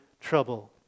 trouble